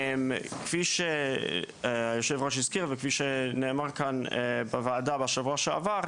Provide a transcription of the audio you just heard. כפי שיושב הראש הזכיר וכפי שנאמר כאן בוועדה בשבוע שעבר,